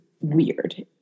weird